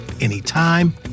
anytime